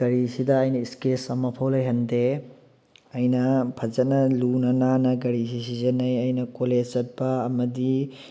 ꯒꯥꯔꯤꯁꯤꯗ ꯑꯩꯅ ꯏꯁꯀꯦꯁ ꯑꯃꯐꯧ ꯂꯩꯍꯟꯗꯦ ꯑꯩꯅ ꯐꯖꯅ ꯂꯨꯅ ꯅꯥꯟꯅ ꯒꯥꯔꯤꯁꯤ ꯁꯤꯖꯤꯟꯅꯩ ꯑꯩꯅ ꯀꯣꯂꯦꯖ ꯆꯠꯄ ꯑꯃꯗꯤ